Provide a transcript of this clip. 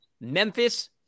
Memphis